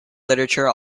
literature